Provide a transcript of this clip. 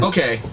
Okay